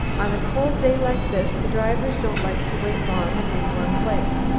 on a cold day like this the drivers don't like to wait long in any one place.